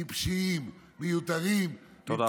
טיפשיים, מיותרים, תודה רבה.